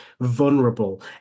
vulnerable